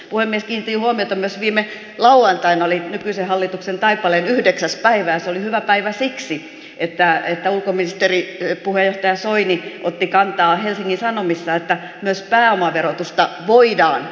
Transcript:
kiinnitin huomiota myös kun viime lauantaina oli nykyisen hallituksen taipaleen yhdeksäs päivä ja se oli hyvä päivä siksi että ulkoministeri puheenjohtaja soini otti kantaa helsingin sanomissa että myös pääomaverotusta voidaan katsoa